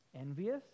envious